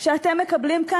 שאתם מקבלים כאן?